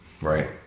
right